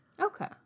Okay